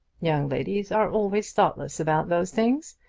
young ladies are always thoughtless about those things,